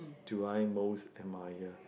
do I most admire